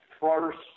first